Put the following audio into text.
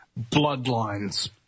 Bloodlines